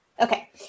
Okay